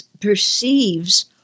perceives